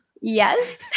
Yes